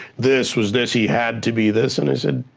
this was this, he had to be this, and i said,